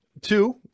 two